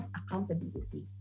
accountability